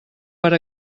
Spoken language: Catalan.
per